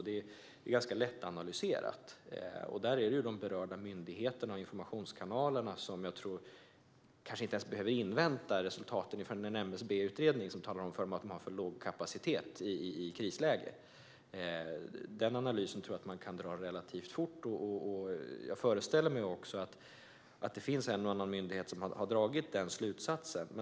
Det gäller de berörda myndigheterna och informationskanalerna. Vi behöver kanske inte ens invänta resultatet från MSB:s utredning för att tala om för dem att de har för låg kapacitet i krislägen. Den slutsatsen tror jag att man kan dra relativt fort. Jag föreställer mig också att en och annan myndighet redan har dragit den slutsatsen.